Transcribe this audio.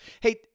Hey